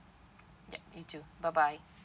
yup you too bye bye